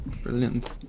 Brilliant